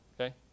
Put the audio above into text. Okay